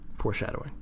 Foreshadowing